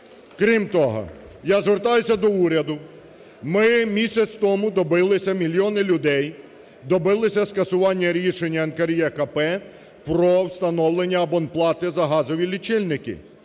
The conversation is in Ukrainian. Крім того, я звертаюсь до уряду. Ми місяць тому добилися, мільйони людей добилися скасування рішення НКРЕКП про встановлення абонплати за газові лічильники.